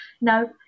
no